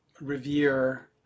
revere